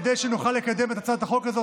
כדי שנוכל לקדם את הצעת החוק הזאת.